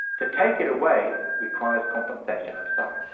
to take it away requires compensation, i'm sorry.